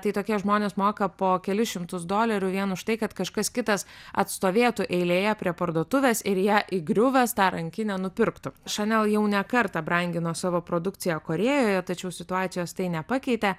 tai tokie žmonės moka po kelis šimtus dolerių vien už tai kad kažkas kitas atstovėtų eilėje prie parduotuvės ir į ją įgriuvęs tą rankinę nupirktų šanel jau ne kartą brangino savo produkciją korėjoje tačiau situacijos tai nepakeitė